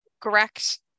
correct